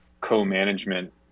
co-management